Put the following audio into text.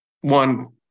one